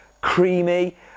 creamy